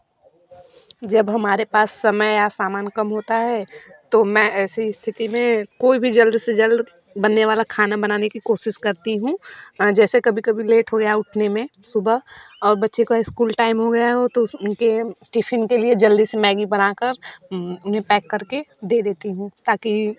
जब हमारे पास समय या सामान कम होता है तो मैं ऐसी स्थिति में कोई भी जल्द से जल्द बनने वाला खाना बनाने की कोशिश करती हूँ जैसे कभी कभी लेट हो गया उठने में सुबह और बच्चे का इस्कूल टाइम हो गया हो तो उसके टिफ़िन के लिए जल्दी से मैगी बनाकर उन्हें पैक करकर दे देती हूँ ताकि